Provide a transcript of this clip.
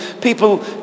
people